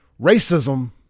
racism